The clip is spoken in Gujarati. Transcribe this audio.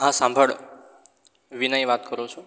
હા સાંભળ વિનય વાત કરું છું